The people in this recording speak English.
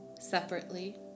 separately